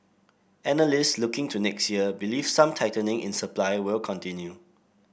analysts looking to next year believe some tightening in supply will continue